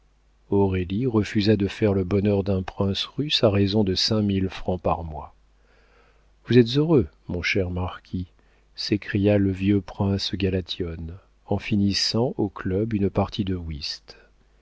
aurélie refusa de faire le bonheur d'un prince russe à raison de cinq mille francs par mois vous êtes heureux mon cher marquis s'écria le vieux prince galathionne en finissant au club une partie de whist